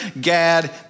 Gad